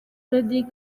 cédric